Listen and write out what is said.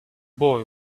boy